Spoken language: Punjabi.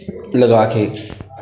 ਲਗਾ ਕੇ